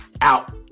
out